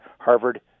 Harvard